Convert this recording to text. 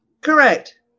Correct